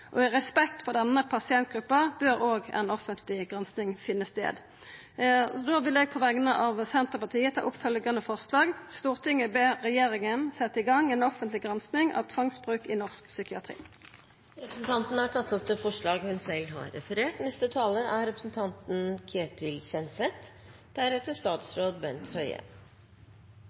I respekt for denne pasientgruppa bør ei offentleg gransking finna stad. Eg vil på vegner av Senterpartiet ta opp følgjande forslag: «Stortinget ber regjeringen sette i gang en offentlig gransking av tvangsbruk i norsk psykiatri.» Representanten Kjersti Toppe har tatt opp det